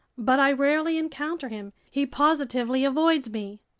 but i rarely encounter him. he positively avoids me.